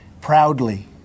proudly